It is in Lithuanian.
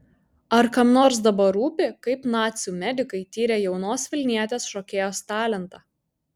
ar kam nors dabar rūpi kaip nacių medikai tyrė jaunos vilnietės šokėjos talentą